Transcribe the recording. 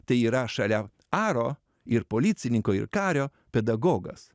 tai yra šalia aro ir policininko ir kario pedagogas